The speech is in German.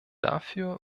dafür